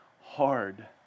hard